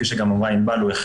גם אמרה ענבל חרמוני,